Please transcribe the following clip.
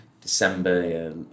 December